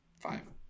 five